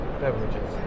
beverages